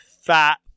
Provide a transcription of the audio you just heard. fat